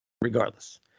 Regardless